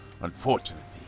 unfortunately